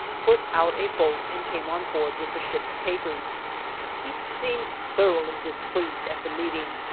put out a boat and came on board with the ship's papers he seemed thoroughly displeased at the meeting,